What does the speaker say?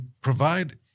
provide